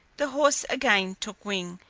the horse again took wing,